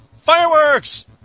Fireworks